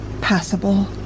passable